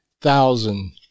thousand